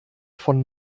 von